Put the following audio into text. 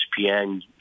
ESPN